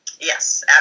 Yes